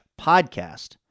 podcast